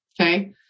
Okay